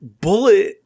bullet